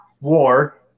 war